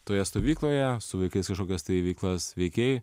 toje stovykloje su vaikais kažkokias tai veiklas veikei